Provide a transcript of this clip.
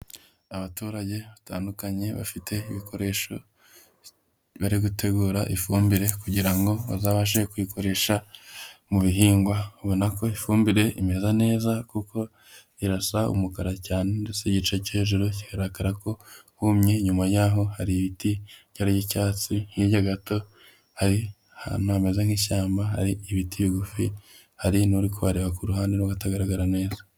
Abaturage batandukanye bafite ibikoresho bari gutegura ifumbire kugira ngo bazabashe kuyikoresha mu bihingwa, ubona ko ifumbire imeze neza kuko irasa umukara cyane ndetse igice cyo hejuru kigaragara ko humye, inyuma yaho hari ibiti byari iby'icyatsi, hirya gato hari ahantu hameze nk'ishyamba hari ibiti bigufi, hari n'uri kubareba ku ruhande n'abatagaragara neza.